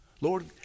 Lord